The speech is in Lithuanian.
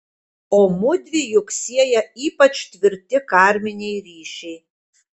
o mudvi juk sieja ypač tvirti karminiai ryšiai